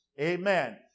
Amen